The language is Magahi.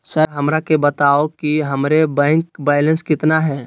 सर हमरा के बताओ कि हमारे बैंक बैलेंस कितना है?